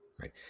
right